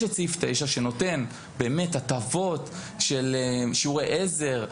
יש את סעיף 9 שנותן באמת הטבות של שיעורי עזר,